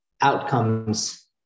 outcomes